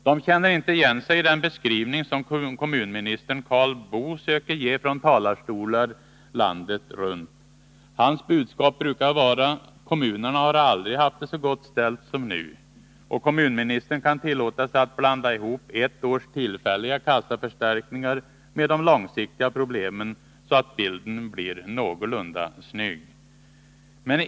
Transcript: De känner inte igen sig i den beskrivning som kommunministern Karl Boo söker ge från talarstolar landet runt. Hans budskap brukar vara: Kommunerna har aldrig haft så gott ställt som nu. Kommunministern kan tillåta sig att blanda ihop ett års tillfälliga kassaförstärkningar med de långsiktiga problemen så att bilden blir någorlunda snygg.